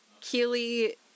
Keely